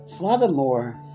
Furthermore